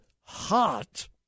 hot